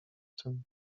tym